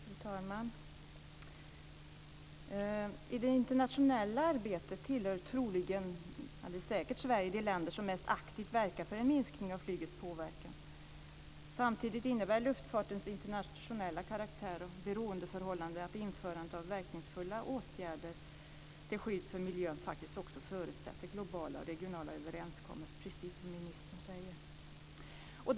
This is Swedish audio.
Fru talman! I det internationella arbetet tillhör säkert Sverige de länder som mest aktivt verkar för en minskning av flygets påverkan. Samtidigt innebär luftfartens internationella karaktär och beroendeförhållande att införandet av verkningsfulla åtgärder till skydd för miljön faktiskt också förutsätter globala och regionala överenskommelser, precis som ministern säger.